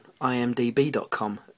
imdb.com